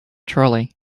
trolley